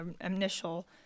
initial